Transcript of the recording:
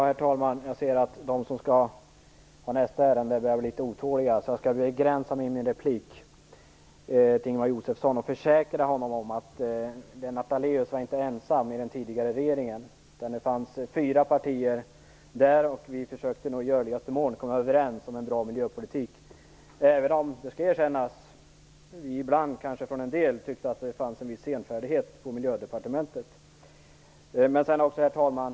Herr talman! Jag ser att de som skall tala i nästa ärende börjar bli litet otåliga, så jag skall begränsa min replik till Ingemar Josefsson. Jag kan försäkra honom om att Lennart Daléus inte var ensam i den tidigare regeringen, där fyra partier ingick. Vi försökte nog i görligaste mån att komma överens om en bra miljöpolitik, även om det skall erkännas att en del ibland kanske tyckte att det var en viss senfärdighet på Miljödepartementet. Herr talman!